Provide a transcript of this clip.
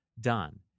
done